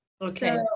Okay